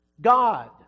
God